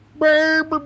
baby